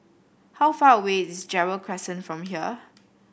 how far away is Gerald Crescent from here